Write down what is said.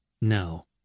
No